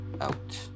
Out